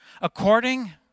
according